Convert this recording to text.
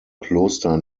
kloster